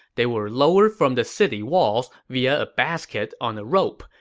they were lowered from the city walls via a basket on a rope,